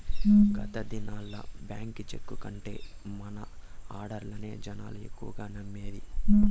గత దినాల్ల బాంకీ చెక్కు కంటే మన ఆడ్డర్లనే జనాలు ఎక్కువగా నమ్మేది